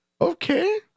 Okay